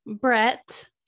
Brett